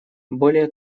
более